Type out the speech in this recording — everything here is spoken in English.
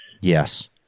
Yes